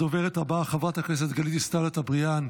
הדוברת הבאה, חברת הכנסת גלית דיסטל אטבריאן,